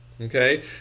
Okay